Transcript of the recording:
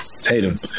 Tatum